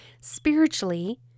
spiritually